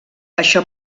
això